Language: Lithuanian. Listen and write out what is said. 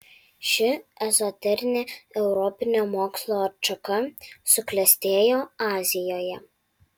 ši ezoterinė europinio mokslo atšaka suklestėjo azijoje